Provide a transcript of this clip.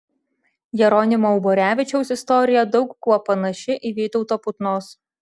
jeronimo uborevičiaus istorija daug kuo panaši į vytauto putnos